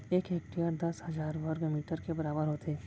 एक हेक्टर दस हजार वर्ग मीटर के बराबर होथे